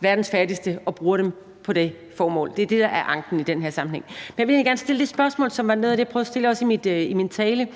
verdens fattigste og bruger dem til det formål. Det er det, der er anken i den her sammenhæng. Men jeg vil egentlig gerne stille et spørgsmål, som handler om noget af det, jeg også prøvede at spørge om i min tale.